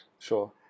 Sure